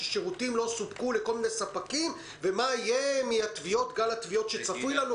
ששירותים לא סופקו לכל מיני ספקים ומה יהיה עם גל התביעות שצפוי לנו,